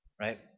Right